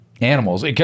animals